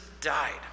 died